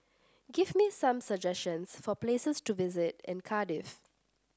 give me some suggestions for places to visit in Cardiff